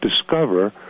discover